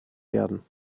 werden